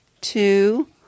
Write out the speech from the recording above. two